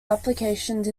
applications